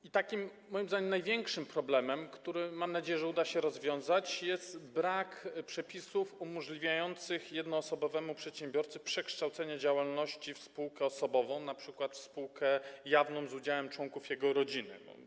Moim zdaniem jednak największym problemem, który, mam nadzieję, uda się rozwiązać, jest brak przepisów umożliwiających jednoosobowemu przedsiębiorcy przekształcenie działalności w spółkę osobową, np. w spółkę jawną z udziałem członków jego rodziny.